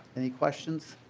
any questions?